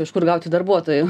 iš kur gauti darbuotojų